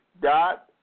dot